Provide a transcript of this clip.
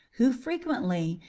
who frequently,